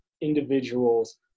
individuals